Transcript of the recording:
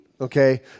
okay